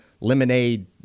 lemonade